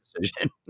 decision